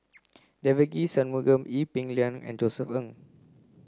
Devagi Sanmugam Ee Peng Liang and Josef Ng